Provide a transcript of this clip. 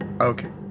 Okay